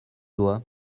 dois